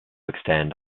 extend